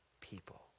people